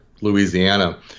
Louisiana